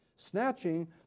Snatching